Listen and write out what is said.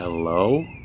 Hello